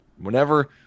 whenever